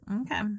Okay